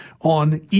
on